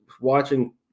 watching